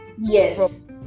yes